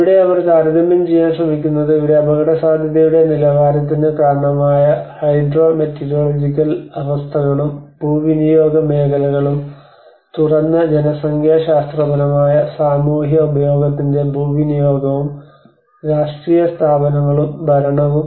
ഇവിടെ അവർ താരതമ്യം ചെയ്യാൻ ശ്രമിക്കുന്നത് ഇവിടെ അപകടസാധ്യതയുടെ നിലവാരത്തിന് കാരണമായ ഹൈഡ്രോമെറ്റീരിയോളജിക്കൽ അവസ്ഥകളും ഭൂവിനിയോഗ മേഖലകളും തുറന്ന ജനസംഖ്യാശാസ്ത്രപരമായ സാമൂഹിക ഉപയോഗത്തിന്റെ ഭൂവിനിയോഗവും രാഷ്ട്രീയ സ്ഥാപനങ്ങളും ഭരണവും